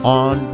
on